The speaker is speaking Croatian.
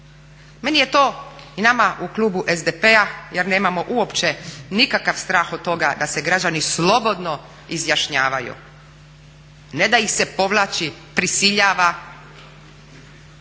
Meni je to i nama u klubu SDP-a jer nemamo uopće nikakav strah od toga da se građani slobodno izjašnjavaju, ne da ih se povlači, prisiljava.